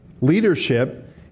leadership